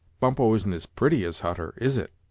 bumppo isn't as pretty as hutter, is it?